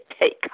take